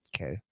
okay